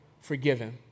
forgiven